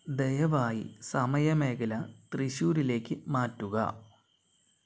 ദയവായി സമയ മേഖല തൃശ്ശൂരിലേക്ക് മാറ്റുക